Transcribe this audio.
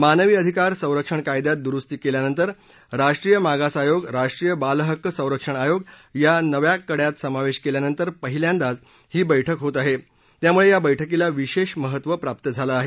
मानवी अधिकार संरक्षण कायद्यात दुरुस्ती केल्यानंतर राष्ट्रीय मागास अयोग राष्ट्रीय बाल हक्क संरक्षण आयोग या नव्या कङ्यात समावेश केल्यानंतर पहिल्यांदाच ही बैठक होत आहे त्यामुळे या बैठकीला विशेष महत्त्व प्राप्त झालं आहे